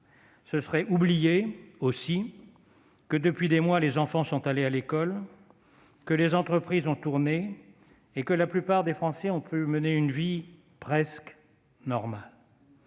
Ce serait oublier aussi que, depuis des mois, les enfants sont allés à l'école, que les entreprises ont tourné et que la plupart des Français on put mener une vie presque normale